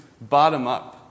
bottom-up